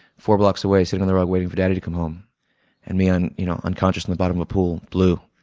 four blocks away, sitting on the rug waiting for daddy to come home and me you know unconscious on the bottom of a pool, blue,